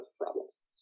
problems